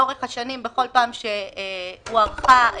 לאורך השנים, בכל פעם שהוארכה התוספת,